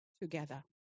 together